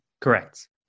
Correct